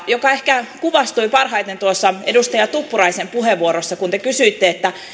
mikä ehkä kuvastui parhaiten tuossa edustaja tuppuraisen puheenvuorossa kun te kysyitte